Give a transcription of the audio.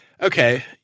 okay